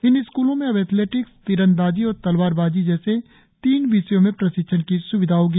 इन स्कूलों में अब एथलेटिक्स तीरंदाजी और तलवारबाज़ी जैसे तीन विषयों में प्रशिक्षण की स्विधा होगी